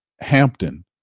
Hampton